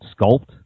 sculpt